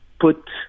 put